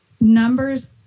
Numbers